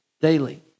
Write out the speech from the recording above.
daily